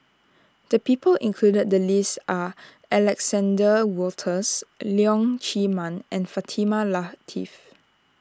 the people included the list are Alexander Wolters Leong Chee Mun and Fatimah Lateef